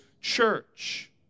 church